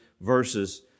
verses